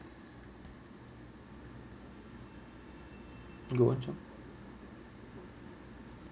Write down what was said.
you go lunch ah